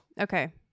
Okay